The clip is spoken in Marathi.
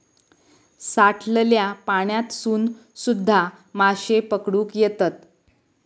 साठलल्या पाण्यातसून सुध्दा माशे पकडुक येतत